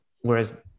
Whereas